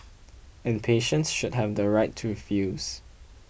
and patients should have the right to refuse